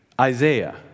Isaiah